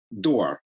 Door